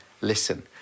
listen